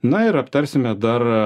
na ir aptarsime dar